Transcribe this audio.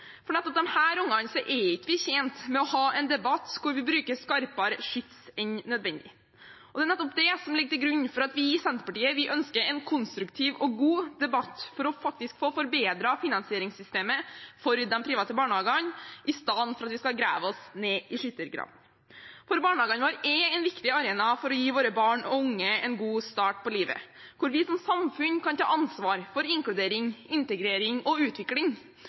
For nettopp disse ungene er vi ikke tjent med å ha en debatt hvor vi bruker skarpere skyts enn nødvendig. Det er nettopp det som ligger til grunn for at vi i Senterpartiet ønsker en konstruktiv og god debatt for å få forbedret finansieringssystemet for de private barnehagene, istedenfor at vi skal grave oss ned i skyttergravene. Barnehagene våre er en viktig arena for å gi våre barn og unge en god start på livet. Der kan vi som samfunn ta ansvar for inkludering, integrering og utvikling.